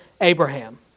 Abraham